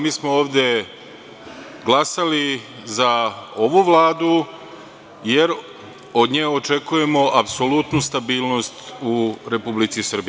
Mi smo ovde glasali za ovu Vladu, jer od nje očekujemo apsolutnu stabilnost u Republici Srbiji.